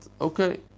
Okay